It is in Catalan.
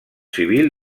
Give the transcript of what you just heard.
civil